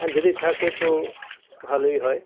হ্যাঁ যদি থাকে তো ভালোই হয়